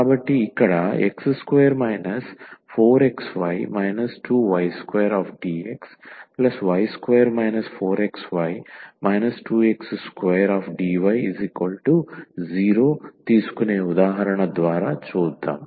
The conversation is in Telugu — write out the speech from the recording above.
కాబట్టి ఇక్కడ x2 4xy 2y2dxy2 4xy 2x2dy0 తీసుకునే ఉదాహరణ ద్వారా చూద్దాం